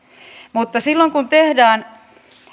mutta silloin kun tehdään